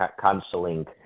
counseling